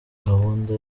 gahunda